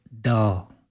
dull